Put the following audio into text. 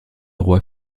roi